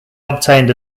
obtained